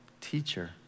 teacher